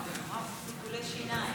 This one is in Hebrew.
אה, כן, טיפולי שיניים.